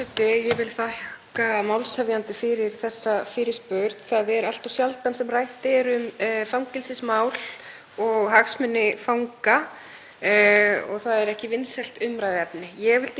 og það er ekki vinsælt umræðuefni. Ég vildi tala hér um biðlista. Eins absúrd og það nú er hefur þessari ríkisstjórn tekist að skapa biðlista eftir úrræðum sem enginn vill þiggja.